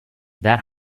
that